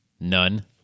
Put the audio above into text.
None